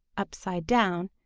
upside down,